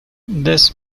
this